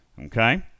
Okay